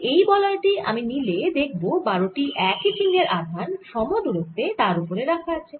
তাহলে এই বলয় টি আমি নিলে দেখব 12 টি একই চিহ্নের আধান সমদুরত্বে তার ওপরে রাখা আছে